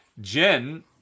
Jen